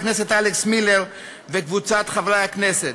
הכנסת אלכס מילר וקבוצת חברי הכנסת.